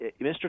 Mr